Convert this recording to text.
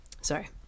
sorry